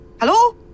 Hello